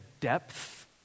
depth